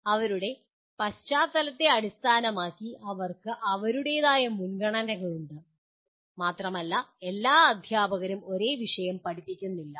അവരുടെ പശ്ചാത്തലത്തെ അടിസ്ഥാനമാക്കി അവർക്ക് അവരുടേതായ മുൻഗണനകളുണ്ട് മാത്രമല്ല എല്ലാ അധ്യാപകരും ഒരേ വിഷയം പഠിപ്പിക്കുന്നില്ല